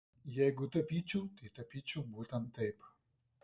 jeigu tapyčiau tai tapyčiau būtent taip